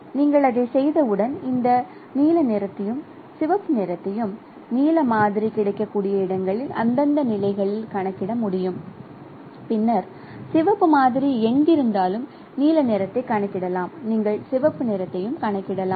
நீங்கள் அதைச் செய்தவுடன் இந்த நீல நிறத்தையும் சிவப்பு நிறத்தையும் நீல மாதிரி கிடைக்கக்கூடிய இடங்களில் அந்தந்த நிலைகளில் கணக்கிட முடியும் பின்னர் சிவப்பு மாதிரி எங்கிருந்தாலும் நீல நிறத்தை கணக்கிடலாம் நீங்கள் சிவப்பு நிறத்தை கணக்கிடலாம்